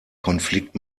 konflikt